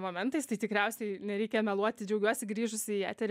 momentais tai tikriausiai nereikia meluoti džiaugiuosi grįžusi į eterį